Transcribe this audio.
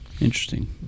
Interesting